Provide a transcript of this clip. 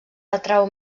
atrau